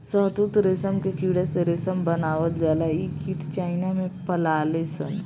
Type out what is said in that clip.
शहतूत रेशम के कीड़ा से रेशम बनावल जाला इ कीट चाइना में पलाले सन